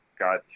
got